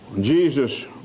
Jesus